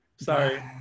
Sorry